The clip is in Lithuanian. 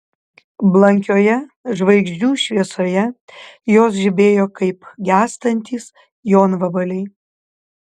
blankioje žvaigždžių šviesoje jos žibėjo kaip gęstantys jonvabaliai